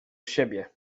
siebie